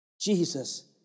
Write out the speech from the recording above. Jesus